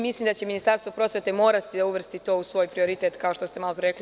Mislim da će Ministarstvo prosvete morati da uvrsti to u svoj prioritet, kao što ste malo pre rekli.